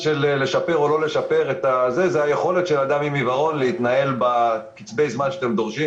לשפר זה היכולת של אדם עם עיוורון להתנהל בקצבי זמן שאתם דורשים